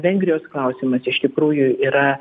vengrijos klausimas iš tikrųjų yra